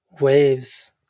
waves